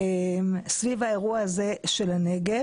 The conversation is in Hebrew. סביב האירוע הזה של הנגב.